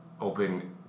open